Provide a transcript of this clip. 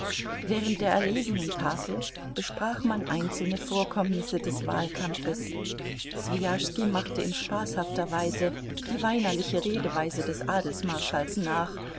während der erlesenen tafel besprach man einzelne vorkommnisse des wahlkampfes swijaschski machte in spaßhafter weise die weinerliche redeweise des adelsmarschalls nach